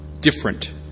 different